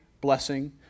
blessing